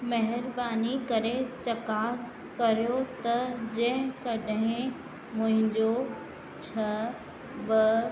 महिरबानी करे चकास कयो त जंहिं कॾहिं मुंहिंजो छह ॿ